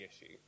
issue